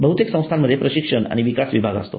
बहुतेक संस्थांमध्ये प्रशिक्षण आणि विकास विभाग असतो